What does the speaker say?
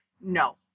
no